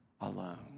alone